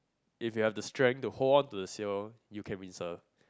if you have the strength to hold on to the sail you can wind surf